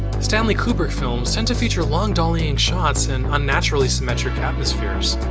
stanley kubrick films tend to feature long dollying shots and unnaturally symmetric atmospheres.